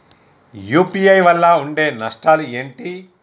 UPI వల్ల ఉండే నష్టాలు ఏంటి??